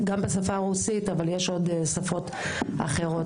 גם בשפה הרוסית, אבל יש עוד שפות נדרשות.